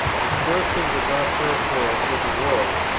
its bursting would not hurt her with the world,